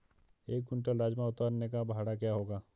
एक क्विंटल राजमा उतारने का भाड़ा क्या होगा?